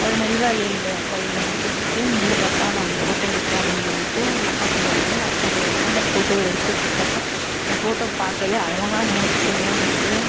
ஒரு நெல் வலையல் வயலில் நிற்க வச்சுட்டு நில் பாப்பா நான் உன்னை ஃபோட்டோ எடுக்கிறேன் அப்படீன்னு சொல்லிவிட்டு எங்கள் அப்பா செல்லை வாங்கி நான் ஃபோட்டோ எடுத்தேன் அந்த ஃபோட்டோவை எடுத்ததுக்கப்புறம் அந்த ஃபோட்டோ பார்க்கவே அழகாக நேச்சுரல்லாக இருந்துது